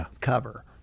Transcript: cover